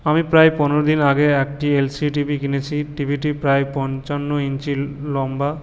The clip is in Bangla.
আমি প্রায় পনেরো দিন আগে একটি এলসিডি টিভি কিনেছি টিভিটি প্রায় পঞ্চান্ন ইঞ্চি লম্বা